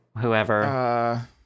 whoever